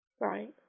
Right